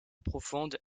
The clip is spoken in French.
profonde